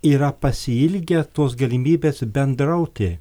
yra pasiilgę tos galimybės bendrauti